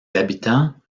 habitants